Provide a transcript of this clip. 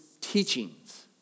teachings